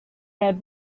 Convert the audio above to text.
had